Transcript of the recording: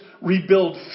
rebuild